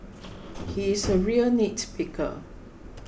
he is a real nitpicker